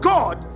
God